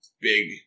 Big